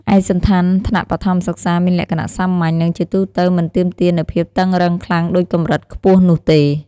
ឯកសណ្ឋានថ្នាក់បឋមសិក្សាមានលក្ខណៈសាមញ្ញ និងជាទូទៅមិនទាមទារនូវភាពតឹងរ៉ឹងខ្លាំងដូចកម្រិតខ្ពស់នោះទេ។